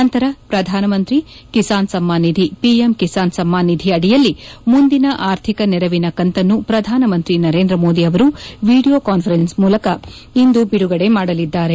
ನಂತರ ಪ್ರಧಾನಮಂತ್ರಿ ಕಿಸಾನ್ ಸಮ್ನಾನ್ ನಿಧಿ ಒಎಂ ಕಿಸಾನ್ ಸಮ್ನಾನ್ ನಿಧಿ ಅಡಿಯಲ್ಲಿ ಆರ್ಥಿಕ ನೆರವಿನ ಕಂತನ್ನು ಪ್ರಧಾನಮಂತ್ರಿ ನರೇಂದ್ರ ಮೋದಿ ಅವರು ವೀಡಿಯೊ ಕಾನ್ಫರೆನ್ಸ್ ಮೂಲಕ ಇಂದು ಬಿಡುಗಡೆ ಮಾಡಲಿದ್ದಾರೆ